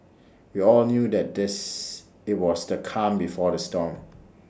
we all knew that this IT was the calm before the storm